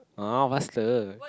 !uh! faster